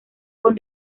con